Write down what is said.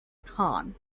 khan